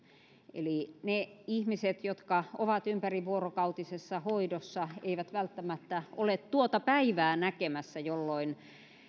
eli ne ihmiset jotka ovat ympärivuorokautisessa hoidossa eivät välttämättä ole tuota päivää näkemässä jolloin